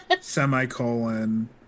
semicolon